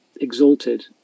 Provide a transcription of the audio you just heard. exalted